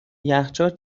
یخچال